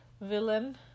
villain